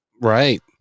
Right